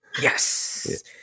yes